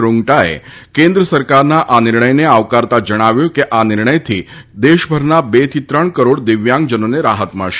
રૃંગટાએ કેન્દ્ર સરકારના આ નિર્ણયને આવકારતા જણાવ્યું છે કે આ નિર્ણયથી દેશભરના બેથી ત્રણ કરોડ દિવ્યાંગજનોને રાહત મળશે